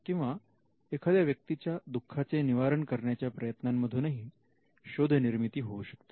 किंवा एखाद्या व्यक्तीच्या दुःखाचे निवारण करण्याच्या प्रयत्नांमधून ही शोध निर्मिती होऊ शकते